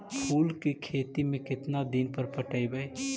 फूल के खेती में केतना दिन पर पटइबै?